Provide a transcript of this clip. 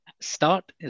start